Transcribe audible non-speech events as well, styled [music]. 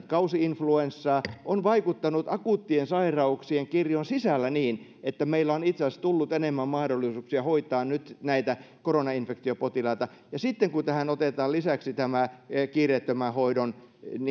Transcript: [unintelligible] kausi influenssaa on vaikuttanut akuuttien sairauksien kirjon sisällä niin että meille on itse asiassa tullut enemmän mahdollisuuksia hoitaa nyt näitä koronainfektiopotilaita sitten kun tähän otetaan lisäksi tämä kiireettömän hoidon